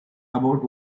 about